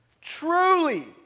truly